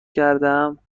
کردهام